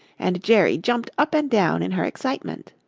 and jerry jumped up and down in her excitement.